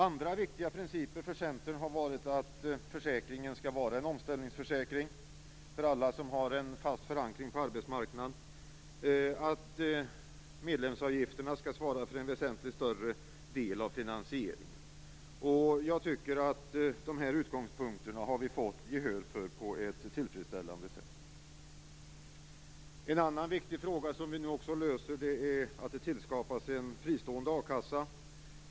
Andra viktiga principer för Centern har varit att försäkringen skall vara en omställningsförsäkring för alla som har en fast förankring på arbetsmarknaden och att medlemsavgifterna skall svara för en väsentligt större del av finansieringen. Jag tycker att vi har fått gehör för de här utgångspunkterna på ett tillfredsställande sätt. En annan viktig fråga som vi nu också löser är att det tillskapas en fristående a-kassa.